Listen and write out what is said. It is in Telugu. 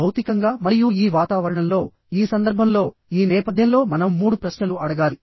భౌతికంగా మరియు ఈ వాతావరణంలోఈ సందర్భంలోఈ నేపథ్యంలో మనం మూడు ప్రశ్నలు అడగాలి